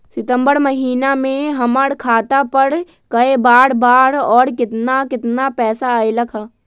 सितम्बर महीना में हमर खाता पर कय बार बार और केतना केतना पैसा अयलक ह?